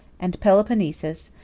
and peloponnesus,